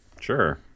Sure